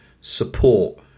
support